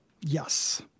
Yes